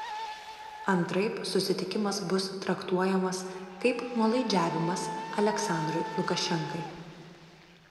antraip susitikimas bus traktuojamas kaip nuolaidžiavimas aliaksandrui lukašenkai